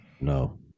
No